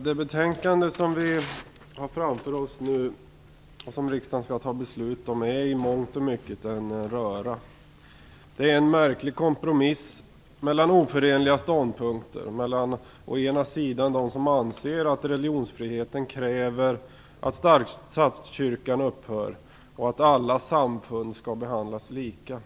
Herr talman! Det betänkande som riksdagen nu skall ta beslut om är i mångt och mycket en röra. Det är en märklig kompromiss mellan företrädare för oförenliga ståndpunkter - mellan å ena sidan dem som anser att religionsfriheten kräver att statskyrkan upphör och att alla samfund skall behandlas lika,